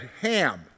ham